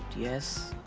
yes.